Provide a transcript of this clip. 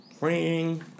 ring